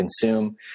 consume